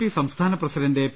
P സംസ്ഥാന president P